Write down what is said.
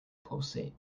pulsate